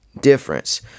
difference